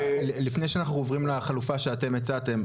לפני שאנחנו עוברים לחלופה שאתם הצעתם,